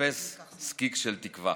ומחפש זקיק של תקווה.